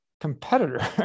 competitor